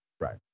Right